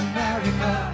America